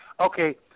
Okay